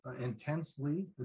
intensely